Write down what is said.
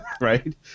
right